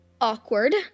awkward